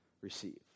Receive